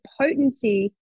potency